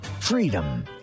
Freedom